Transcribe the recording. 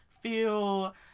feel